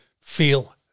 feel